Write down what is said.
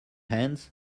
hands